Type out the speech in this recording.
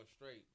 straight